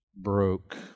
broke